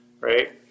Right